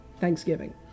Thanksgiving